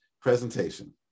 presentation